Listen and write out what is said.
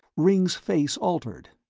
ringg's face altered.